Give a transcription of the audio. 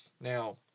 Now